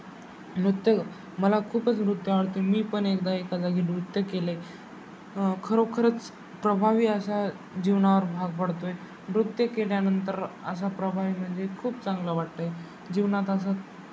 नृत्य मला खूपच नृत्य आवडते मी पण एकदा एका जागी नृत्य केले खरोखरच प्रभावी असा जीवनावर भाग पडतो आहे नृत्य केल्यानंतर असा प्रभावी म्हणजे खूप चांगलं वाटतं आहे जीवनात असं